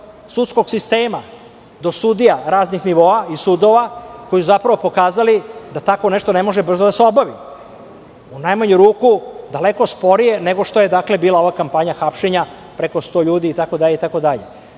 sudskog sistema, do sudija raznog nivoa i sudova, koji su pokazali da tako nešto ne može brzo da se obavi. U najmanju ruku daleko sporije nego što je bila ova kampanja hapšenja preko sto ljudi itd.